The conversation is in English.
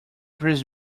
pretty